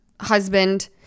husband